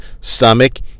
stomach